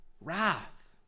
wrath